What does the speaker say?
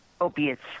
opiates